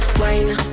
wine